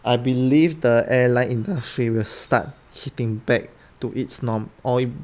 I believe the airline industry will start hitting back to its norm or